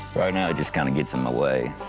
right now, he just kind of gets in my way.